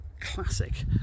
classic